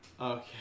Okay